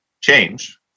change